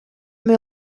mais